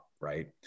Right